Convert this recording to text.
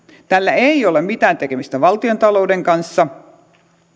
tällä ei ole mitään tekemistä valtiontalouden kanssa